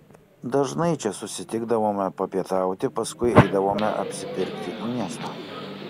dažnai čia susitikdavome papietauti paskui eidavome apsipirkti į miestą